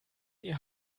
die